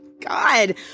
God